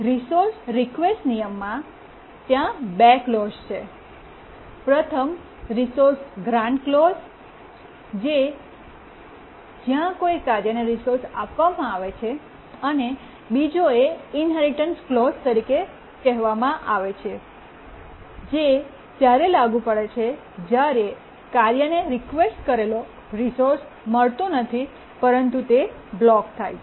resource request નિયમમાં ત્યાં બે ક્લૉજ઼ છે પ્રથમ રિસોર્સ ગ્રાન્ટ ક્લૉજ઼ છે જ્યાં કોઈ કાર્યને રિસોર્સ આપવામાં આવે છે અને બીજો એ ઇન્હેરિટન્સ ક્લૉજ઼ તરીકે કહેવામાં આવે છે જે ત્યારે લાગુ પડે છે જ્યારે કાર્યને રિક્વેસ્ટ કરેલો રિસોર્સ મળતો નથી પરંતુ તે બ્લોક થાય છે